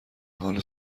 حال